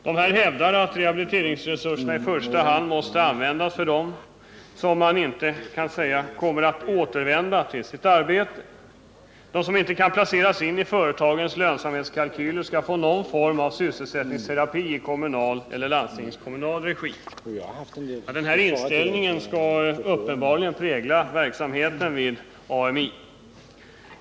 Dessa hävdar att rehabiliteringsresurserna i första hand måste användas för dem som man kan förutsäga kommer att återvända till sitt arbete. De som inte kan placeras in i företagens lönsamhetskalkyler skall få någon form av sysselsättningsterapi i kommunal eller landstingskommunal regi. Den här inställningen skall uppenbarligen prägla verksamheten vid AMI.